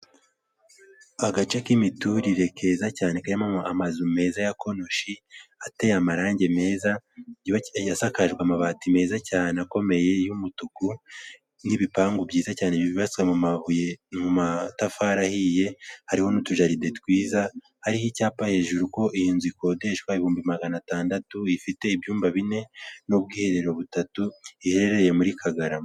Agace k'imiturire keza cyane ka amazu meza ya konoshi ateye amarangi meza yasakaje amabati meza cyane akomeye y'umutuku n'ibipangu byiza cyane bibasira mu mabuye mu matafari ahiye harimo n'utujaride twiza hariho icyapa hejuru kuko iyi nzu ikodeshwa ibihumbi magana atandatu ifite ibyumba bine n'ubwiherero butatu iherereye muri Kagarama.